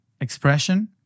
expression